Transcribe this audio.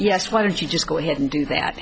yes why don't you just go ahead and do that